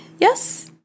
Yes